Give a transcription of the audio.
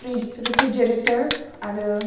refrigerator आरो